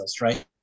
right